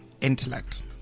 intellect